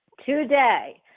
Today